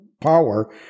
power